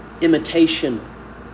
imitation